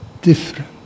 different